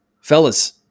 Fellas